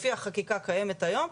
לפי החקיקה הקיימת היום,